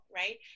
right